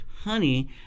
honey